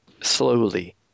slowly